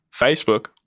Facebook